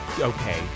Okay